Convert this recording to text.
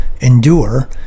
Endure